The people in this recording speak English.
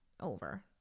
over